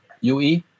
UE